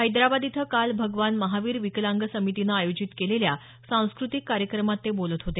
हैदराबाद इथं काल भगवान महावीर विकलांग समितीनं आयोजित केलेल्या सांस्कृतिक कार्यक्रमात ते बोलत होते